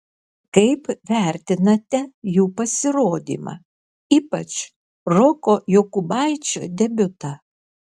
kaip vertinate jų pasirodymą ypač roko jokubaičio debiutą